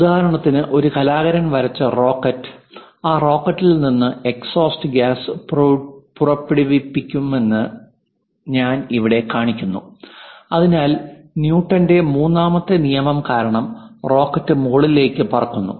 ഉദാഹരണത്തിന് ഒരു കലാകാരൻ വരച്ച റോക്കറ്റ് ആ റോക്കറ്റിൽ നിന്ന് എക്സോസ്റ്റ് ഗ്യാസ് പുറപ്പെടുവിക്കുമെന്ന് ഞാൻ ഇവിടെ കാണിക്കുന്നു അതിനാൽ ന്യൂട്ടന്റെ മൂന്നാമത്തെ നിയമം കാരണം റോക്കറ്റ് മുകളിലേക്ക് പറക്കുന്നു